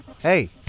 hey